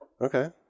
Okay